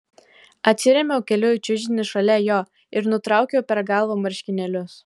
atsirėmiau keliu į čiužinį šalia jo ir nutraukiau per galvą marškinėlius